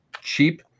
cheap